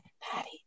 Patty